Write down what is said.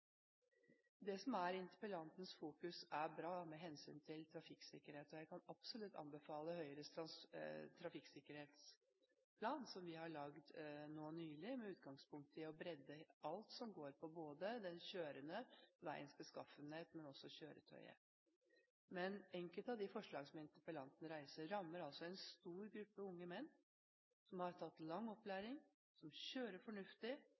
Det som er interpellantens fokus, er bra med hensyn til trafikksikkerhet. Jeg kan absolutt anbefale Høyres trafikksikkerhetsplan, som vi har laget nå nylig, med utgangspunkt i å favne alt som går på den kjørende, veiens beskaffenhet og også kjøretøyet. Men enkelte av de forslagene som interpellanten tar opp, rammer altså en stor gruppe unge menn som har tatt lang opplæring, som kjører fornuftig,